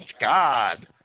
God